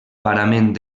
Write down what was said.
parament